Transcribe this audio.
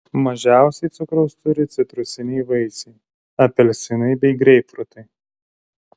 mažiausiai cukraus turi citrusiniai vaisiai apelsinai bei greipfrutai